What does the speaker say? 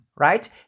right